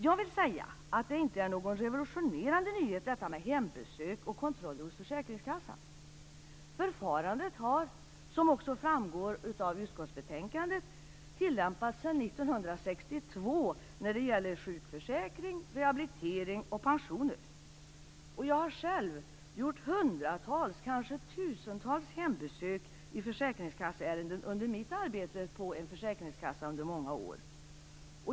Jag vill säga att hembesök och kontroller av försäkringskassan inte är någon revolutionerande nyhet. Förfarandet har - som också framgår av utskottsbetänkandet - tillämpats sedan 1962 när det gäller sjukförsäkring, rehabilitering och pensioner. Jag har själv gjort hundratals, kanske tusentals, hembesök i försäkringskasseärenden under mitt arbete på en försäkringskassa under många år.